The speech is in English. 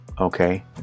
okay